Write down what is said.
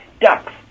ducks